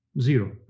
zero